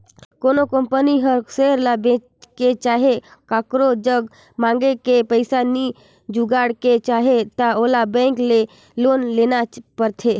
कोनो कंपनी हर सेयर ल बेंच के चहे काकरो जग मांएग के पइसा नी जुगाड़ के चाहे त ओला बेंक ले लोन लेना परथें